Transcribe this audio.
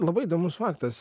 labai įdomus faktas